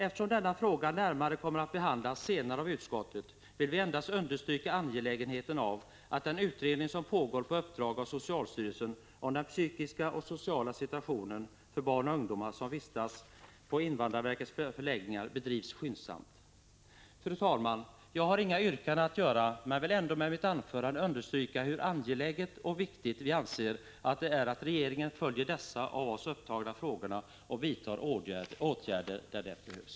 Eftersom denna fråga närmare kommer att behandlas senare av utskottet vill vi endast understryka vikten av att den utredning som pågår på uppdrag av socialstyrelsen om den psykiska och sociala situationen för barn och ungdomar som vistas på invandrarverkets förläggningar bedrivs skyndsamt. Fru talman! Jag har inga yrkanden att göra men vill ändå med mitt anförande understryka hur angeläget och viktigt vi anser att det är att regeringen följer de av oss upptagna frågorna och vidtar åtgärder där det behövs.